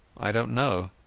i donat know.